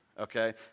Okay